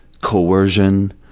coercion